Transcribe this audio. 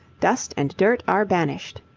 dust and dirt are banished.